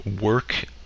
work